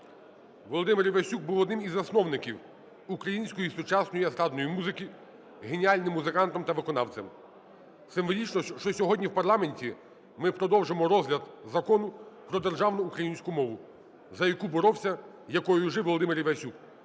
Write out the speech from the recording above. Володимир Івасюк був одним із засновників української сучасної естрадної музики, геніальним музикантом та виконавцем. Символічно, що сьогодні в парламенті ми продовжимо розгляд Закону про державну українську мову, за яку боровся, якою жив Володимир Івасюк.